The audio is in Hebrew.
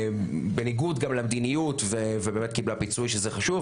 בניגוד גם למדיניות ובאמת קיבלה פיצוי שזה חשוב,